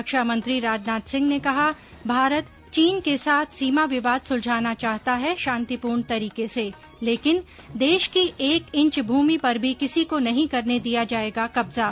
रक्षा मंत्री राजनाथ सिंह ने कहा भारत चीन के साथ सीमा विवाद सुलझाना चाहता है शांतिपूर्ण तरीके से लेकिन देश की एक इंच भूमि पर भी किसी को नहीं कैरने दिया जाएगा कब्जा